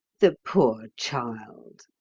the poor child!